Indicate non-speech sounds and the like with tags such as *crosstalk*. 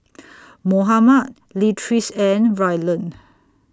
*noise* Mohammad Leatrice and Rylan